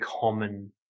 common